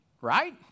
Right